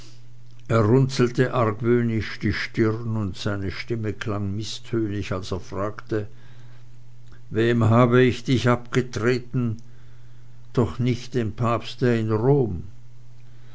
er runzelte argwöhnisch die stirn und seine stimme klang mißtönig als er fragte wem habe ich dich abgetreten doch nicht dem papste in rom